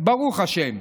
ברוך השם.